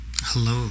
Hello